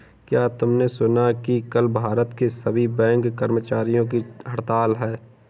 क्या तुमने सुना कि कल भारत के सभी बैंक कर्मचारियों की हड़ताल है?